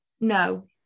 No